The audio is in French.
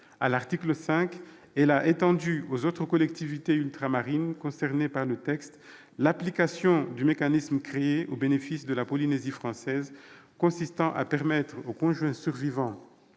À l'article 5, la commission a étendu, aux autres collectivités ultramarines concernées par le texte, l'application du mécanisme créé au bénéfice de la Polynésie française, consistant à permettre au conjoint survivant